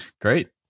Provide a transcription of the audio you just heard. Great